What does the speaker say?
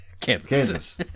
Kansas